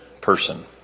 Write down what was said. person